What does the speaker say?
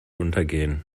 untergehen